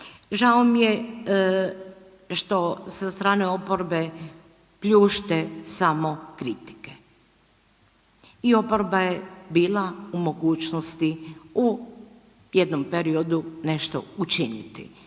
Žao mi je što sa strane oporbe pljušte samo kritike. I oporba je bila u mogućnosti u jednom periodu nešto učiniti.